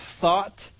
thought